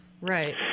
Right